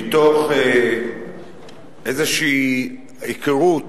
מתוך איזו היכרות